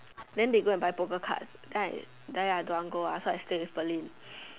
then they go and buy poker cards then I I don't want to go ah so I stay with Pearlyn